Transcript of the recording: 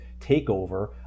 takeover